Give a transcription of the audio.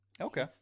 Okay